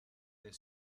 the